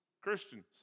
Christians